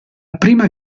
prima